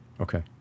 Okay